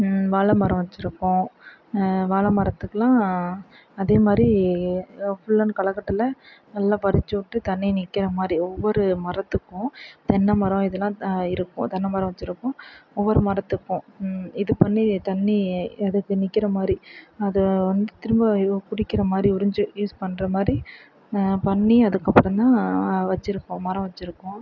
வாழை மரம் வச்சிருக்கோம் வாழை மரத்துக்குலாம் அதே மாதிரி ஃபுல் அண்ட் களைக்கட்டுல நல்லா பறித்து விட்டு தண்ணி நிற்கற மாதிரி ஒவ்வொரு மரத்துக்கும் தென்னைமரம் இதெல்லாம் இருக்கும் தென்னைமரம் வச்சிருக்கோம் ஒவ்வொரு மரத்துக்கும் இது பண்ணி தண்ணி எதிர்த்து நிற்கற மாதிரி அதை வந்து திரும்ப யூ பிடிக்கற மாதிரி உறிஞ்சு யூஸ் பண்ணுற மாதிரி பண்ணி அதுக்கப்புறம் தான் வச்சிருக்கோம் மரம் வச்சிருக்கோம்